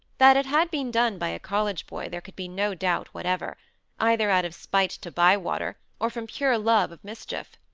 that it had been done by a college boy there could be no doubt whatever either out of spite to bywater, or from pure love of mischief.